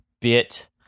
bit